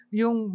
yung